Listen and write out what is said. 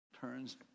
turns